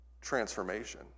transformation